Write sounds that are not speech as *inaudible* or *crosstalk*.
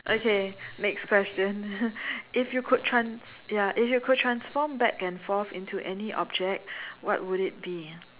okay next question *laughs* if you could trans~ ya if you could transform back and forth into any object what would it be